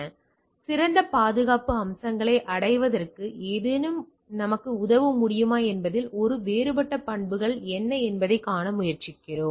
எனவே சிறந்த பாதுகாப்பு அம்சங்களை அடைவதற்கு ஏதேனும் நமக்கு உதவ முடியுமா என்பதில் உள்ள வேறுபட்ட பண்புகள் என்ன என்பதைக் காண முயற்சிக்கிறோம்